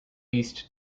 least